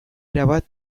erabat